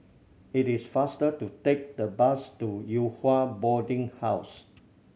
it is faster to take the bus to Yew Hua Boarding House